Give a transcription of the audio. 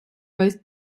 both